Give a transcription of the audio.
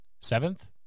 seventh